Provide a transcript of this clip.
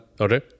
Okay